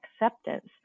acceptance